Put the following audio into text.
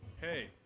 Hey